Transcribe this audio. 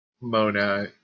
Mona